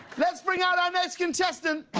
let's bring out our next contestant!